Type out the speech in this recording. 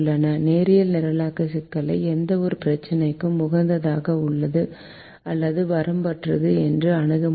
நேரியல் நிரலாக்க சிக்கல் எந்தவொரு பிரச்சனையும் உகந்ததாக உள்ளது அல்லது வரம்பற்றது அல்லது அணுக முடியாதது